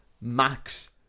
Max